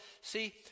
See